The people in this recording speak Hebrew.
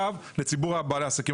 לציבור בעלי העסקים.